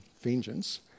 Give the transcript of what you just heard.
vengeance